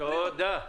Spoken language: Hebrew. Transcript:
תודה.